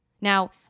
Now